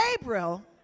Gabriel